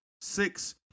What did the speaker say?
six